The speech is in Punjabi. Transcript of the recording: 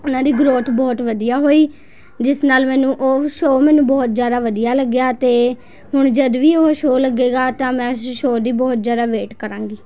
ਉਹਨਾਂ ਦੀ ਗਰੋਥ ਬਹੁਤ ਵਧੀਆ ਹੋਈ ਜਿਸ ਨਾਲ ਮੈਨੂੰ ਉਹ ਸ਼ੋਅ ਮੈਨੂੰ ਬਹੁਤ ਜ਼ਿਆਦਾ ਵਧੀਆ ਲੱਗਿਆ ਅਤੇ ਹੁਣ ਜਦੋਂ ਵੀ ਉਹ ਸ਼ੋਅ ਲੱਗੇਗਾ ਤਾਂ ਮੈਂ ਉਸ ਸ਼ੋਅ ਦੀ ਬਹੁਤ ਜ਼ਿਆਦਾ ਵੇਟ ਕਰਾਂਗੀ